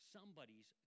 Somebody's